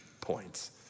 points